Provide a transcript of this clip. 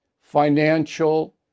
financial